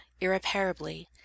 irreparably